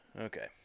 Okay